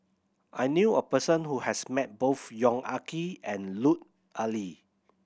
I knew a person who has met both Yong Ah Kee and Lut Ali